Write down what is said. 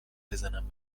بزنم